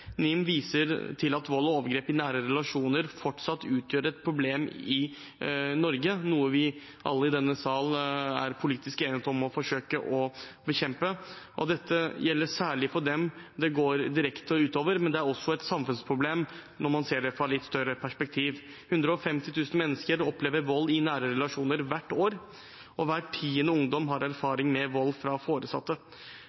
viser til at vold og overgrep i nære relasjoner fortsatt utgjør et problem i Norge – noe vi alle i denne sal er politisk enige om å forsøke å bekjempe – noe som gjelder særlig for dem det går direkte ut over, men det er også et samfunnsproblem når man ser det i et litt større perspektiv. 150 000 mennesker opplever vold i nære relasjoner hvert år, og hver tiende ungdom har